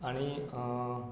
आनी